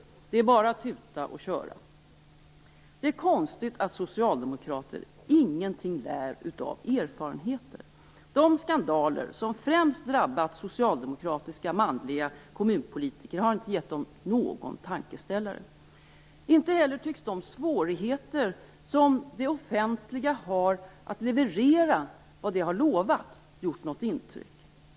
Det är bara att tuta och köra. Det är konstigt att socialdemokrater ingenting lär av erfarenheter. De skandaler som främst drabbat socialdemokratiska manliga kommunpolitiker har inte givit dem någon tankeställare. Inte heller tycks de svårigheter som det offentliga har med att leverera vad det har lovat gjort något intryck.